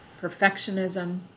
Perfectionism